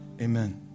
Amen